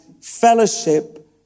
fellowship